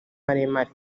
maremare